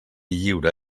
lliure